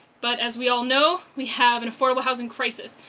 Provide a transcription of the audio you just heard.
but as we all know we have an affordable housing crisis,